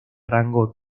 rango